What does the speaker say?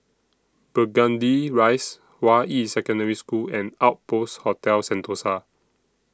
Burgundy Rise Hua Yi Secondary School and Outpost Hotel Sentosa